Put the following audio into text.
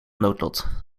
noodlot